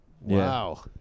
Wow